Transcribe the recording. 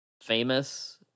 famous